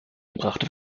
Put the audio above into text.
gebracht